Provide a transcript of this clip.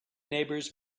neighbors